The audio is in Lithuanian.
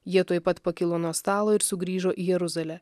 jie tuoj pat pakilo nuo stalo ir sugrįžo į jeruzalę